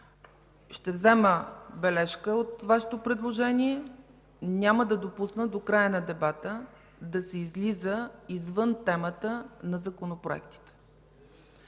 Ще взема бележка от Вашето предложение, няма да допусна до края на дебата да се излиза извън темата на законопроектите.